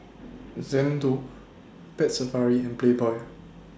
Xndo Pet Safari and Playboy